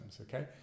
okay